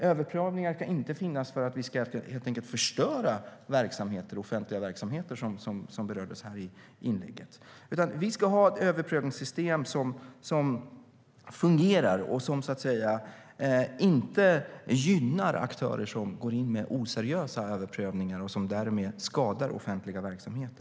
Överprövningar ska inte finnas för att vi helt enkelt ska förstöra offentliga verksamheter, som berördes här i inlägget. Vi ska ha ett överprövningssystem som fungerar och som inte gynnar aktörer som går in med oseriösa överprövningar och därmed skadar offentliga verksamheter.